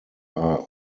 are